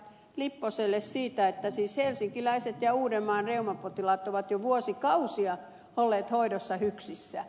lipposelle että siis helsinkiläiset ja uudenmaan reumapotilaat ovat jo vuosikausia olleet hoidossa hyksissä